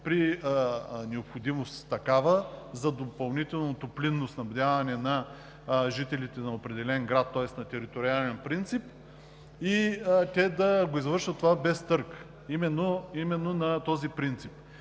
при необходимост за допълнително топлинно снабдяване на жителите на определен град, тоест на териториален принцип, и те да извършат това без търг, на този принцип.